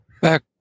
Back